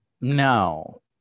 No